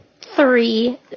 three